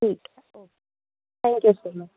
ठीक है okay thank you so much